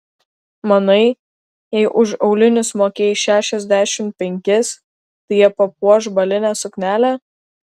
manai jei už aulinius mokėjai šešiasdešimt penkis tai jie papuoš balinę suknelę